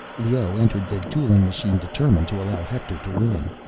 leoh entered the dueling machine determined to allow hector to win.